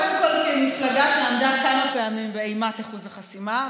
כמפלגה שעמדה כמה פעמים באימת אחוז החסימה,